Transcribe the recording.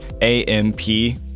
A-M-P